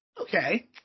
Okay